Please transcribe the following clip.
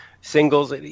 singles